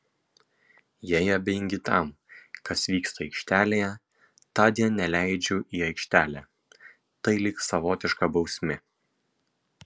jei abejingi tam kas vyksta aikštelėje tądien neleidžiu į aikštelę tai lyg savotiška bausmė